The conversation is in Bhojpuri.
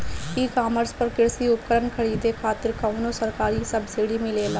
ई कॉमर्स पर कृषी उपकरण खरीदे खातिर कउनो सरकारी सब्सीडी मिलेला?